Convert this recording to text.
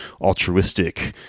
altruistic